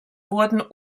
wurden